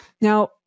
Now